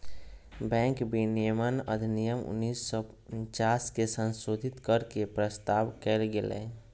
bank विनियमन अधिनियम उन्नीस सौ उनचास के संशोधित कर के के प्रस्ताव कइल गेलय